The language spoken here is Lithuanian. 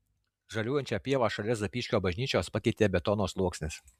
žaliuojančią pievą šalia zapyškio bažnyčios pakeitė betono sluoksnis